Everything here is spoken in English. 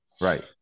Right